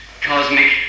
Cosmic